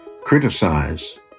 criticise